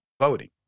voting